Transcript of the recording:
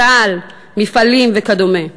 צה"ל, מפעלים וכדומה.